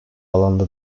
alanda